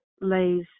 lays